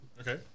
Okay